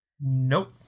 Nope